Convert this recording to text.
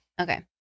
Okay